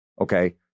Okay